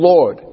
Lord